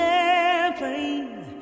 airplane